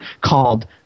called